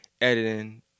editing